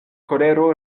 kolero